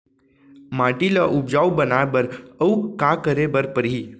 माटी ल उपजाऊ बनाए बर अऊ का करे बर परही?